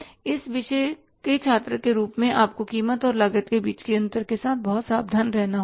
इस विषय के छात्र के रूप में आपको कीमत और लागत के बीच के अंतर के साथ बहुत सावधान रहना होगा